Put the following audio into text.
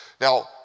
Now